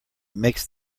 makes